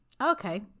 okay